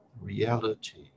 reality